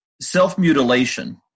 Self-mutilation